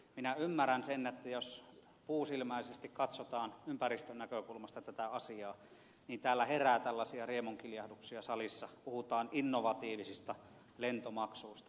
minä ymmärrän sen jos puusilmäisesti katsotaan ympäristönäkökulmasta tätä asiaa että täällä herää tällaisia riemunkiljahduksia salissa puhutaan innovatiivisista lentomaksuista